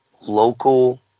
local